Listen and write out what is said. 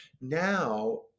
Now